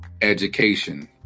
education